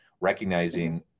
recognizing